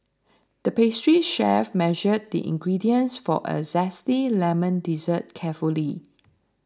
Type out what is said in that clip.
the pastry chef measured the ingredients for a Zesty Lemon Dessert carefully